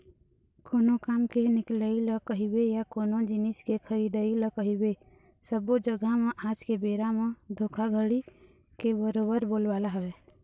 कोनो काम के निकलई ल कहिबे या कोनो जिनिस के खरीदई ल कहिबे सब्बो जघा म आज के बेरा म धोखाघड़ी के बरोबर बोलबाला हवय